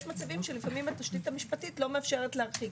יש מצבים שלפעמים התשתית המשפטית לא מאפשרת להרחיק,